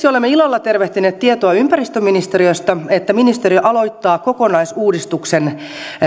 olemme ilolla tervehtineet tietoa ympäristöministeriöstä että ministeriö aloittaa kokonaisuudistuksen